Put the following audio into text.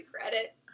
credit